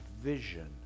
vision